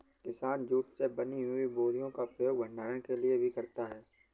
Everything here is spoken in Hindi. किसान जूट से बनी हुई बोरियों का प्रयोग भंडारण के लिए भी करता है